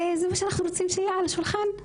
זה מה שאנחנו רוצים שיהיה על השולחן?